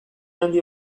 handi